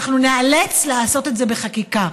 אנחנו ניאלץ לעשות את זה בחקיקה,